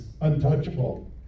untouchable